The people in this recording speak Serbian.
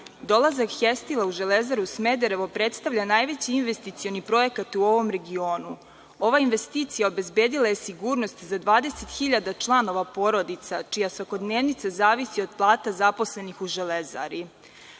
„Hestila“ u „Železaru Smederevo“ predstavlja najveći investicioni projekat u ovom regionu. Ova investicija obezbedila je sigurnost za 20.000 članova porodica čija svakodnevnica zavisi od plata zaposlenih u „Železari“.